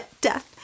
Death